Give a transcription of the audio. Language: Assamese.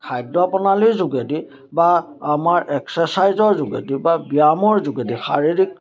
খাদ্য প্ৰণালীৰ যোগেদি বা আমাৰ এক্সাৰচাইজৰ যোগেদি বা ব্যায়ামৰ যোগেদি শাৰীৰিক